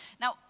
Now